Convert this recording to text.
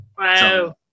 Wow